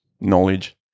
knowledge